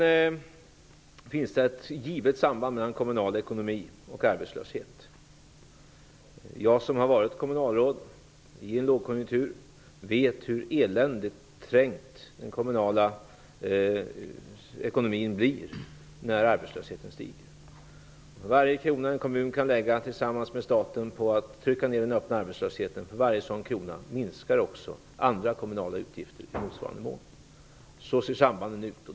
Det finns ett givet samband mellan kommunal ekonomi och arbetslöshet. Jag, som har varit kommunalråd i en lågkonjunktur, vet hur eländigt trängd den kommunala ekonomin blir när arbetslösheten stiger. För varje krona som en kommun kan lägga, tillsammans med staten, på att trycka ner den öppna arbetslösheten minskar också andra kommunala utgifter i motsvarande mån. Så ser sambandet ut.